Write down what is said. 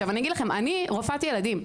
אני רופאת ילדים.